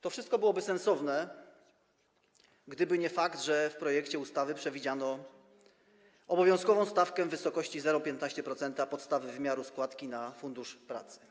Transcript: To wszystko byłoby sensowne, gdyby nie fakt, że w projekcie ustawy przewidziano obowiązkową stawkę w wysokości 0,15% podstawy wymiaru składki na Fundusz Pracy.